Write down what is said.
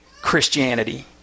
Christianity